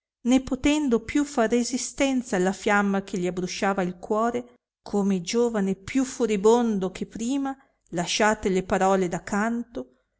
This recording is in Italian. né potendo più far resistenza alla fiamma che gli abbrusciava il cuore come giovane più furibondo che prima lasciate le parole da canto